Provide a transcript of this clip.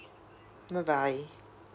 bye bye